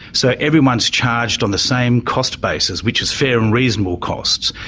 so everyone's charged on the same cost basis, which is fair and reasonable costs,